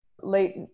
late